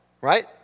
right